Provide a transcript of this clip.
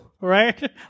right